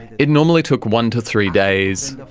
it normally took one to three days.